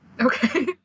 Okay